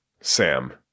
Sam